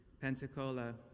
Pensacola